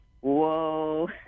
whoa